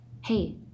hey